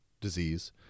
disease